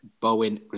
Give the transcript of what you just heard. Bowen